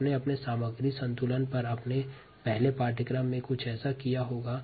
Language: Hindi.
आपने सामग्री संतुलन पर पहले पाठ्यक्रम में कुछ पढ़ा होगा